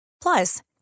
Plus